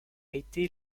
été